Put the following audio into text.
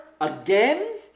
again